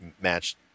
match